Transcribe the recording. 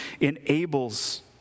enables